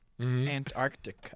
Antarctica